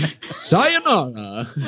Sayonara